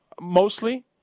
mostly